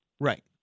Right